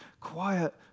quiet